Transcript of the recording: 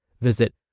Visit